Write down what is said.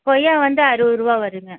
கொய்யா வந்து அறுபது ரூவா வருங்க